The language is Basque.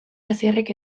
asierrek